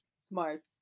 Smart